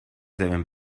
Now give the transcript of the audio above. deben